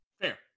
Fair